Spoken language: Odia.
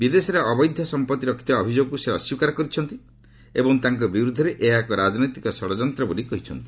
ବିଦେଶରେ ଅବୈଧ ସମ୍ପତ୍ତି ରଖିଥିବା ଅଭିଯୋଗକୁ ସେ ଅସ୍ୱୀକାର କରିଛନ୍ତି ଏବଂ ତାଙ୍କ ବିରୁଦ୍ଧରେ ଏହା ଏକ ରାଜନୈତିକ ଷଡ଼ଯନ୍ତ ବୋଲି କହିଛନ୍ତି